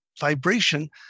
vibration